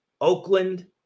Oakland